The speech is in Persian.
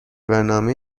برنامه